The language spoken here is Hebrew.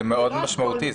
זה מאוד משמעותי.